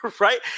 Right